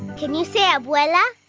can you say abuela?